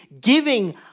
giving